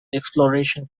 exploration